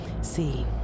See